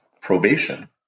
probation